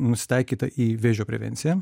nusitaikyta į vėžio prevenciją